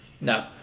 No